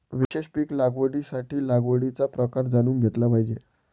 विशेष पीक लागवडीसाठी लागवडीचा प्रकार जाणून घेतला पाहिजे